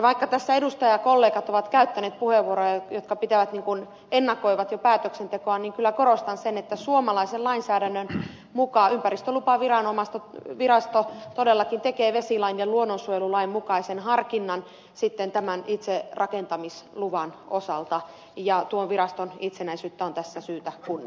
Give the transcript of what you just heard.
vaikka tässä edustajakollegat ovat käyttäneet puheenvuoroja jotka ennakoivat jo päätöksentekoa niin kyllä korostan sitä että suomalaisen lainsäädännön mukaan ympäristölupavirasto todellakin tekee vesilain ja luonnonsuojelulain mukaisen harkinnan sitten tämän itse rakentamisluvan osalta ja tuon viraston itsenäisyyttä on syytä tässä kunnioittaa